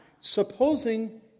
supposing